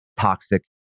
toxic